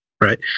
right